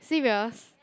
serious